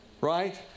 Right